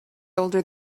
older